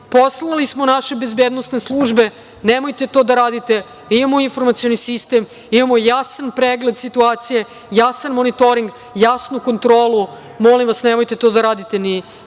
Poslali smo naše bezbednosne službe. Nemojte to da radite. Imamo informacioni sistem. Imamo jasan pregled situacije. Jasan monitoring. Jasnu kontrolu. Molim vas, nemojte to da radite ni